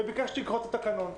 וביקשתי לקרוא את התקנון.